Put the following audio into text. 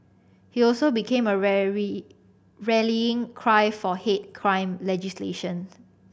he also became a rallying cry for hate crime legislation